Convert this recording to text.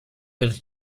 per